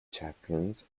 champions